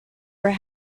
were